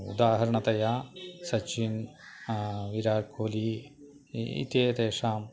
उदाहरणतया सचिन् विराट् कोली इत्येतेषां